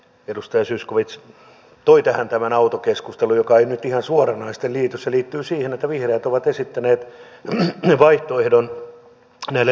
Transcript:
edustaja zyskowicz toi tähän tämän autokeskustelun joka ei nyt ihan suoranaisesti liity tähän se liittyy siihen että vihreät ovat esittäneet vaihtoehdon näille leikkauksille